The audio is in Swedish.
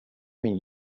min